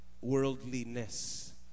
worldliness